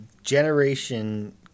Generation